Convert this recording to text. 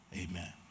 Amen